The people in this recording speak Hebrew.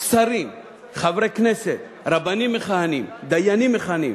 שרים, חברי כנסת, רבנים מכהנים, דיינים מכהנים.